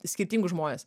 skirtingus žmones